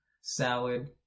salad